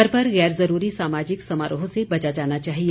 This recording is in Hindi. घर पर गैर जरूरी सामाजिक समारोह से बचा जाना चाहिए